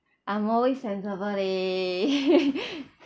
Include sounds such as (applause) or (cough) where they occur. I'm always sensible leh (laughs)